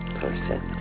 person